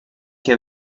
che